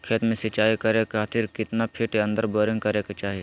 खेत में सिंचाई करे खातिर कितना फिट अंदर बोरिंग करे के चाही?